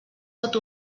pot